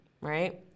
right